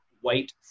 White